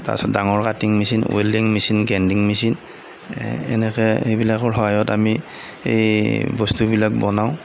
তাৰপিছত ডাঙৰ cutting machine welding machine grinding machine এনেকৈ এই সেইবিলাকৰ সহায়ত আমি সেই বস্তুবিলাক বনাওঁ